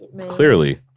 Clearly